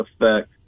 effect